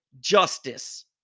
justice